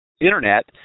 Internet